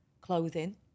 clothing